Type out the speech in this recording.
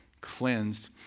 cleansed